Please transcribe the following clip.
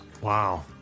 Wow